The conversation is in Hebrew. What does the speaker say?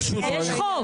יש חוק,